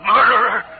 Murderer